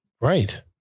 Right